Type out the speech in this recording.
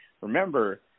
remember